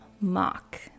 Mock